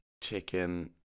chicken